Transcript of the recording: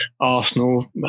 Arsenal